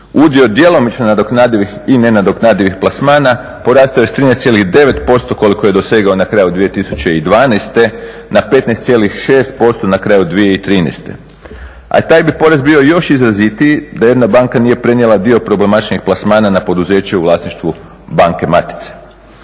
Udio djelomično nadoknadivih i nenadoknadivih plasmana porastao je sa 13,9% koliko je dosegao na kraju 2012. na 15,6% na kraju 2013. A taj bi porez bio još izrazitiji da jedna banka nije prenijela dio problematičnih plasmana na poduzeću u vlasništvu banke matice.